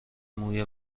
موی